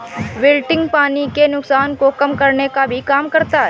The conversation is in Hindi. विल्टिंग पानी के नुकसान को कम करने का भी काम करता है